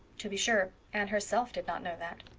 to be sure, anne herself did not know that.